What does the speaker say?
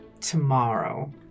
tomorrow